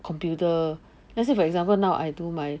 computer let's say for example now I do my